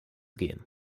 gehen